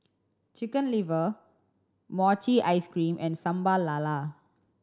Chicken Liver mochi ice cream and Sambal Lala